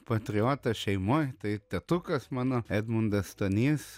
patriotas šeimoj tai tėtukas mano edmundas stonys